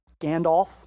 Gandalf